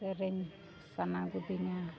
ᱥᱮᱨᱮᱧ ᱥᱟᱱᱟ ᱜᱚᱫᱤᱧᱟ